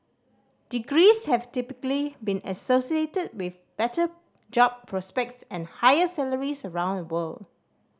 degrees have typically been associated with better job prospects and higher salaries around the world